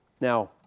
Now